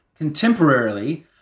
contemporarily